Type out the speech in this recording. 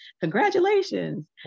Congratulations